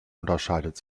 unterscheidet